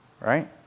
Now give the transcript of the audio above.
right